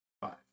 five